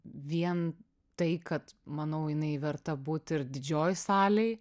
vien tai kad manau jinai verta būt ir didžiojoj salėj